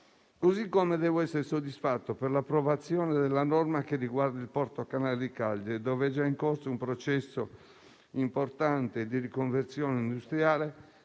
stesso modo, sono soddisfatto dell'approvazione della norma che riguarda il Porto canale di Cagliari, dove è già in corso un processo importante di riconversione industriale,